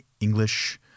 English